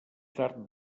tard